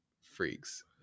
freaks